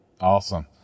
Awesome